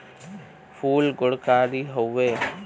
फूल गुणकारी हउवे